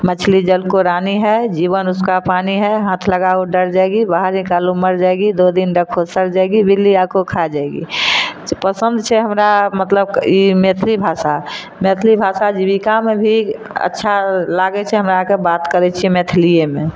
मछली जल को रानी है जीबन उसका पानी है हाथ लगाओ डर जाएगी बाहर निकालो मर जाएगी दो दिन रखो सड़ जाएगी बिल्ली आ को खा जाएगी तऽ पसन्द छै हमरा मतलब ई मैथिली भाषा मैथिली भाषा जीविकामे भी अच्छा लागैत छै हमरा आरके बात करैत छियै मैथिलिएमे